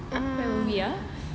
apa movie ya